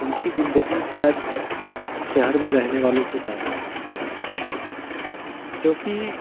उनकी ज़िंदगी शायद शहर में रहने वालों से ज़्यादा अच्छी है क्योंकि